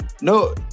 No